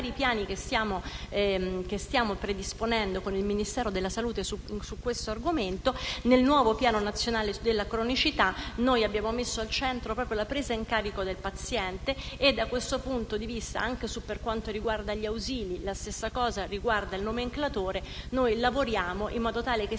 piani che stiamo predisponendo con il Ministero della salute su questo argomento. Nel nuovo Piano nazionale della cronicità abbiamo messo al centro proprio la presa in carico del paziente; da questo punto di vista, anche per quanto riguarda gli ausili e il nomenclatore, noi lavoriamo in modo tale che sia